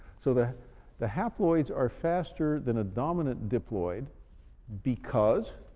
so the the haploids are faster than a dominant diploid because?